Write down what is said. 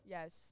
Yes